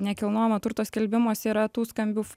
nekilnojamo turto skelbimuose yra tų skambių